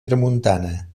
tramuntana